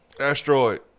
Asteroid